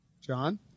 John